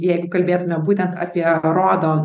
jeigu kalbėtume būtent apie rodo